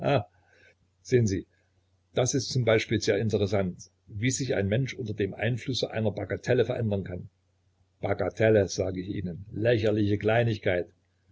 sehen sie das ist z b sehr interessant wie sich ein mensch unter dem einflüsse einer bagatelle verändern kann bagatelle sag ich ihnen lächerliche kleinigkeit